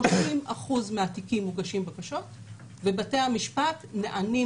ב-30% מהתיקים מוגשות בקשות ובתי המשפט נענים